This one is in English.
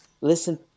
Listen